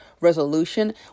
resolution